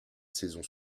saison